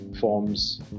forms